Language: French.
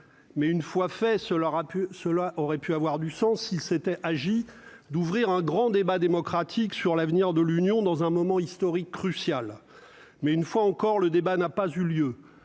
mais une fois fait, cela a pu, cela aurait pu avoir du sens, il s'était agi d'ouvrir un grand débat démocratique sur l'avenir de l'Union dans un moment historique crucial, mais une fois encore, le débat n'a pas eu lieu